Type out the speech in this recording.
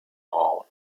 all